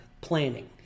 planning